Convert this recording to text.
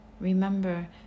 remember